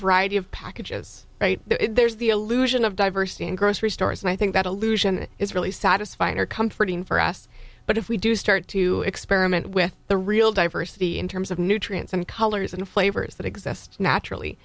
variety of packages right there's the illusion of diversity in grocery stores and i think that allusion is really satisfying or comforting for us but if we do start to experiment with the real diversity in terms of nutrients and colors and flavors that exist naturally